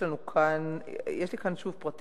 יש לי כאן פרטים,